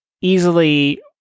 easily